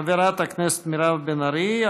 חברת הכנסת מירב בן ארי.